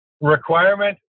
requirement